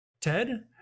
ted